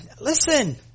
Listen